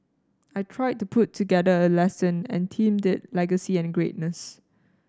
I I tried to put together a lesson and themed it legacy and greatness